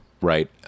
Right